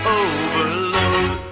overload